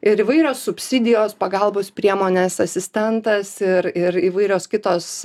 ir įvairios subsidijos pagalbos priemonės asistentas ir ir įvairios kitos